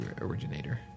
originator